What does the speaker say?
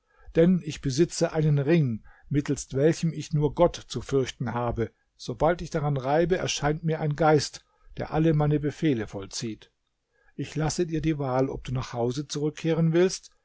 denn ich besitze einen ring mittelst welchem ich nur gott zu fürchten habe sobald ich daran reibe erscheint mir ein geist der alle meine befehle vollzieht ich lasse dir die wahl ob du nach hause zurückkehren willst